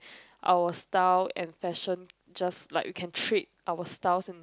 our style and fashion just like we can trade our styles